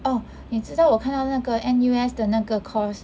oh 你知道我看到那个 N_U_S 的那个 course